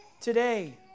today